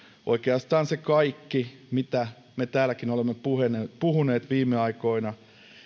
oikeastaan se kaikki mistä me täälläkin olemme puhuneet puhuneet viime aikoina